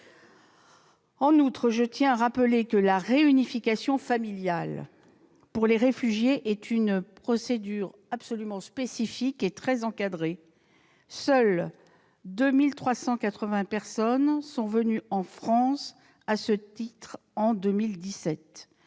En outre, je tiens à rappeler que la réunification familiale pour les réfugiés est une procédure absolument spécifique et très encadrée. Seules 2 380 personnes sont venues en France à ce titre en 2017.